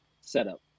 setup